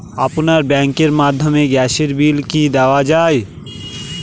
আপনার ব্যাংকের মাধ্যমে গ্যাসের বিল কি দেওয়া য়ায়?